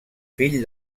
fill